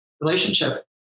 relationship